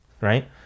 right